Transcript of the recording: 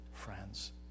friends